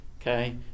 okay